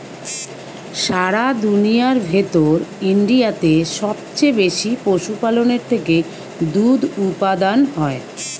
সারা দুনিয়ার ভেতর ইন্ডিয়াতে সবচে বেশি পশুপালনের থেকে দুধ উপাদান হয়